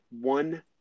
one